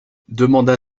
demanda